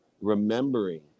remembering